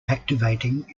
activating